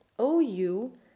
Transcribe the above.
OU